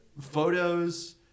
photos